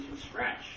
Scratch